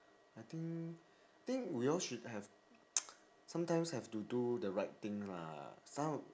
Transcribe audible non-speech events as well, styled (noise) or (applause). I think think we all should have (noise) sometimes have do the right thing lah some